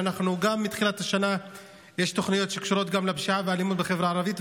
גם מתחילת השנה יש תוכניות הקשורות לפשיעה ולאלימות בחברה הערבית,